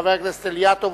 חבר הכנסת רוברט אילטוב,